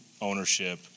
ownership